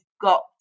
got